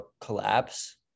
collapse